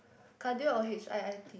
cardio or H_I_I_T